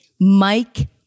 Mike